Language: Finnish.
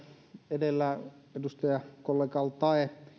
edellä edustajakollega al taee